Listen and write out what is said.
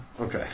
okay